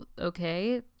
okay